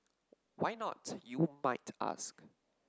why not you might ask